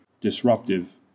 disruptive